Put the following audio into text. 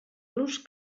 los